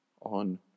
on